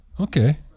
okay